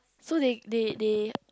so they they they